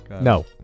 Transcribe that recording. No